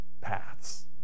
paths